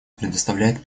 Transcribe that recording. предоставляет